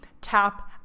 tap